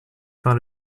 par